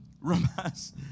Romans